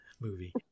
movie